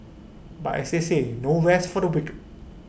but as they say no rest for the wicked